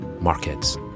markets